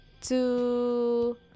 two